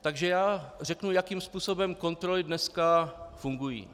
Takže já řeknu, jakým způsobem kontroly dneska fungují.